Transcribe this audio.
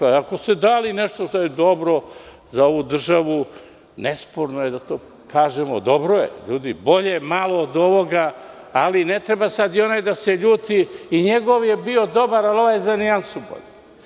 Ako ste dali nešto što je dobro za ovu državu, nesporno je da to kažemo, dobro je, bolje malo od ovoga, ali ne treba sada i onaj da se ljuti, i njegov je bio dobar, ali je ovaj za nijansu bolji.